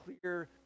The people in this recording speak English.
clear